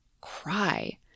cry